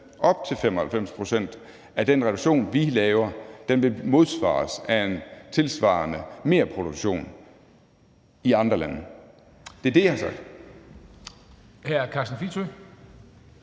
op til 95 pct. af den reduktion, vi laver, modsvares af en tilsvarende merproduktion i andre lande. Det er det, jeg har sagt.